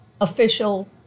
official